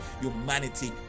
humanity